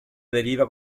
deriva